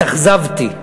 התאכזבתי.